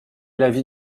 l’avis